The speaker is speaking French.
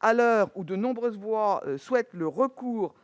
À l'heure où de nombreuses voix souhaitent le recours